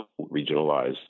regionalized